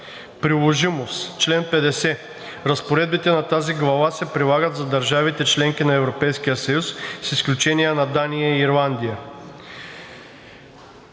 Приложимост Чл. 50. Разпоредбите на тази глава се прилагат за държавите – членки на Европейския съюз, с изключение на Дания и Ирландия.“